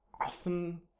often